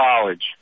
college